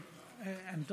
כן, בבקשה.